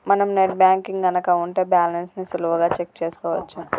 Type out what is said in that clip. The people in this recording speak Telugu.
మనం నెట్ బ్యాంకింగ్ గనక ఉంటే బ్యాలెన్స్ ని సులువుగా చెక్ చేసుకోవచ్చు